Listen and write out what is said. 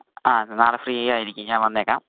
ആ നാളെ ഫ്രീ ആയിരിക്കും ഞാൻ വന്നേക്കാം